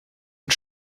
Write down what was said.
und